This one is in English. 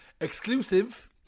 exclusive